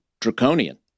draconian